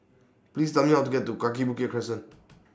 Please Tell Me How to get to Kaki Bukit Crescent